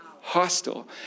hostile